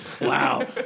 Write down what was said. Wow